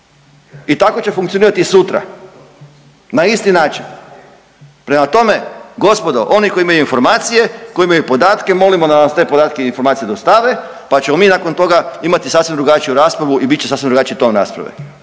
i tako će funkcionirati i sutra na isti način. Prema tome, gospodo koji imaju informacije, koji imaju podatke molimo da nam te podatke i informacije dostave, pa ćemo mi nakon toga imati sasvim drugačiju raspravu i bit će sasvim drugačiji ton rasprave.